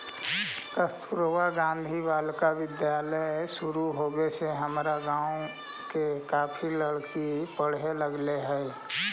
कस्तूरबा गांधी बालिका विद्यालय शुरू होवे से हमर गाँव के काफी लड़की पढ़े लगले हइ